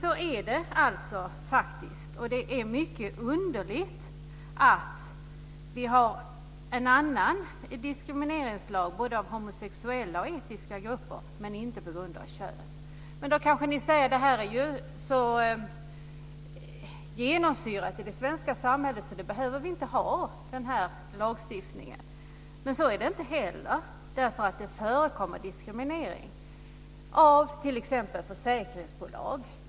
Så är det faktiskt, och det är mycket underligt att vi har både en diskrimineringslag för homosexuella och en för etniska grupper men inte för diskriminering på grund av kön. Någon säger sig då kanske att det svenska samhället är så genomsyrat av medvetenhet på denna punkt att vi inte behöver ha denna lagstiftning, men så är det inte heller. Det förekommer diskriminering t.ex. från försäkringsbolag.